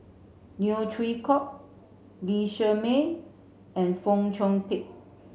Neo Chwee Kok Lee Shermay and Fong Chong Pik